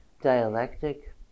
dialectic